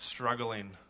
struggling